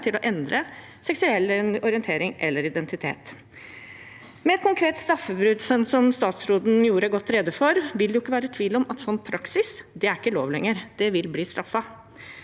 til å endre seksuell orientering eller identitet. Med et konkret straffebud, som statsråden gjorde godt rede for, vil det ikke være tvil om at en sånn praksis ikke lenger er lov. Det vil bli straffet.